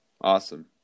Awesome